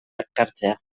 ekartzea